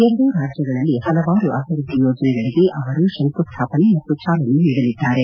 ಎರಡೂ ರಾಜ್ಯಗಳಲ್ಲಿ ಹಲವಾರು ಅಭಿವ್ಬದ್ದಿ ಯೋಜನೆಗಳಿಗೆ ಅವರು ಶಂಕುಸ್ಶಾಪನೆ ಮತ್ತು ಚಾಲನೆ ನೀಡಲಿದ್ದಾರೆ